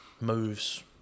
moves